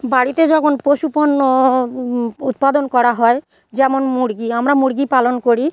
বাড়িতে যখন পশু পণ্য উৎপাদন করা হয় যেমন মুরগি আমরা মুরগি পালন করি